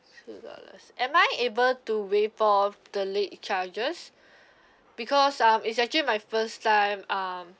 two dollars am I able to waive off the late charges because um it's actually my first time um